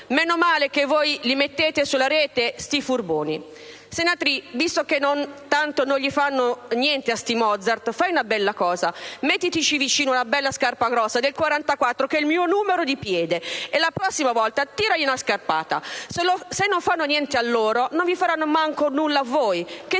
Meno male che voi li mettete sulla rete a sti furboni. Senatrì, visto che tanto non gli fanno niente a sti Mozart, fa' una cosa bella, mettiti vicino una scarpa bella grossa, del 44 che è il mio numero di piede, e la prossima volta tiraje na' scarpata... se non fanno niente a loro, non vi faranno niente manco a voi, che